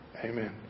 Amen